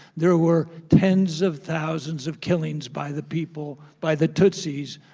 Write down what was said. there ah were tens of thousands of killings by the people, by the tutsis,